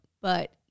but-